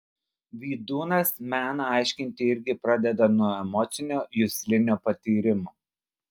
vydūnas meną aiškinti irgi pradeda nuo emocinio juslinio patyrimo